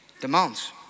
demands